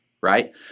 Right